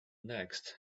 next